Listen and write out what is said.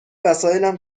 وسایلم